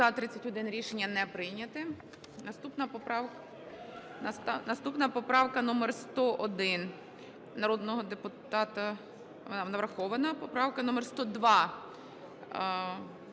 За-31 Рішення не прийнято. Наступна поправка номер 101 народного депутата... Вона врахована. Поправка номер 102.